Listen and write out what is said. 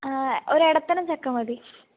ഒരു ഇടത്തരം ചക്ക മതി